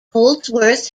holdsworth